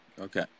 Okay